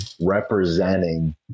representing